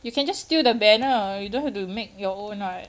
you can just steal the banner you don't have to make your own [what]